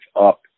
up